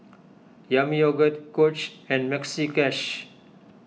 Yami Yogurt Coach and Maxi Cash